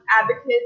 advocates